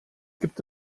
gibt